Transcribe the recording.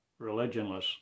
religionless